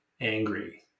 angry